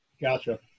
Gotcha